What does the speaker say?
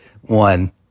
one